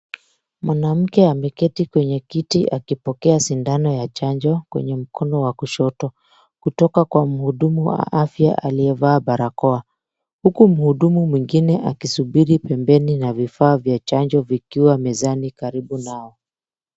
Mwanamke ameketi kwenye kiti akipokea sindano ya chanjo kwenye mkono wa kushoto kutoka kwa mhudumu wa afya aliyevaa barakoa, huku mhudumu mwingine akisubiri pembeni na vifaa vya chanjo vikiwa mezani karibu nao.